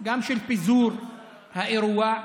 גם של פיזור האירוע,